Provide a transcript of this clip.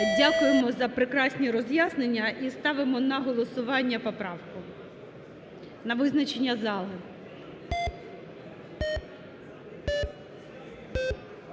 Дякуємо за прекрасні роз'яснення. І ставимо на голосування поправку на визначення зали.